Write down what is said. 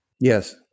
Yes